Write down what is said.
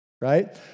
right